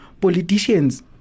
politicians